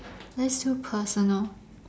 let's do personal